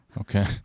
Okay